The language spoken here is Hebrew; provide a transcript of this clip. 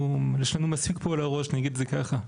ישלנו מספקי פה על הראש, נגיד ככה.